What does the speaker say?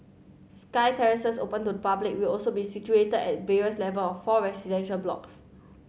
sky terraces open to the public will also be situated at the various level of four residential blocks